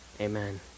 Amen